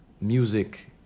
music